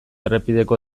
errepideko